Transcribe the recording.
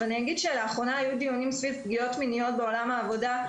לאחרונה היו דיונים סביב פגיעות מיניות בעולם העבודה,